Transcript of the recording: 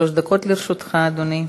שלוש דקות לרשותך, אדוני.